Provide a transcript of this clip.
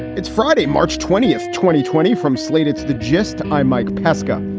it's friday, march twentieth. twenty twenty from slate, it's the gist. i'm mike pesca.